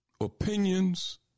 opinions